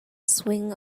swing